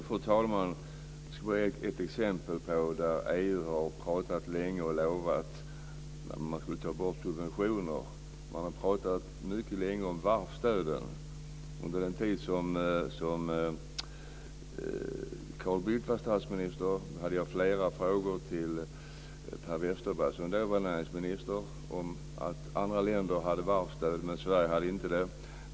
Fru talman! Jag ska bara ge ett exempel på en fråga där EU har pratat länge och lovat att man skulle ta bort subventioner. Man har pratat mycket länge om varvsstöden. Under den tid som Carl Bildt var statsminister ställde jag flera frågor till Per Westerberg, som då var näringsminister, om att andra länder hade varvsstöd men att Sverige inte hade det.